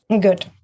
Good